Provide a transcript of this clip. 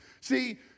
See